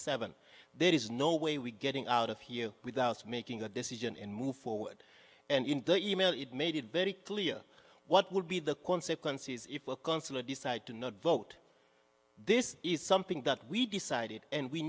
seven there is no way we getting out of you without making a decision and move forward and in email it made it very clear what would be the consequences if wilkinson to decide to not vote this is something that we decided and we